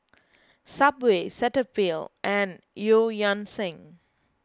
Subway Cetaphil and Eu Yan Sang